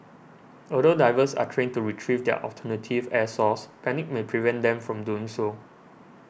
although divers are trained to retrieve their alternative air source panic may prevent them from doing so